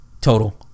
total